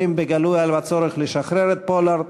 בגלוי על הצורך לשחרר את פולארד.